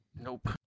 Nope